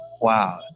Wow